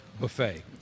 buffet